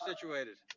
situated